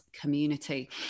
community